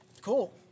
cool